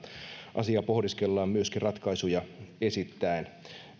pohdiskellaan myöskin ratkaisuja esittäen